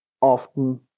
often